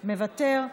מוותר,